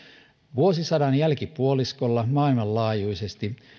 vuosisadan jälkipuoliskolla maailmanlaajuisesti